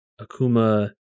Akuma